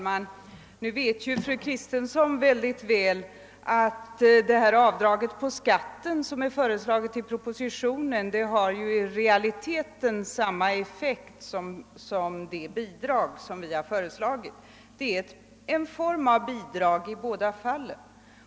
Herr talman! Fru Kristensson vet mycket väl att det avdrag på skatten, som föreslås i propositionen, i realiteten har samma effekt som det bidrag som vi har föreslagit. Det är en form av bidrag i båda fallen.